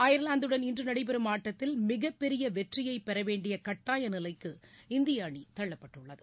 அயர்லாந்துடன் இன்று நடைபெறும் ஆட்டத்தில் மிகப்பெரிய வெற்றியை பெறவேண்டிய கட்டாய நிலைக்கு இந்திய அணி தள்ளப்பட்டுள்ளது